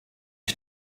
ich